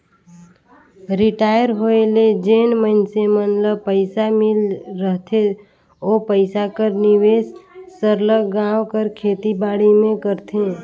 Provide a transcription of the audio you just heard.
retire होए ले जेन मइनसे मन ल पइसा मिल रहथे ओ पइसा कर निवेस सरलग गाँव कर खेती बाड़ी में करथे